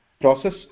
process